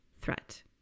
threat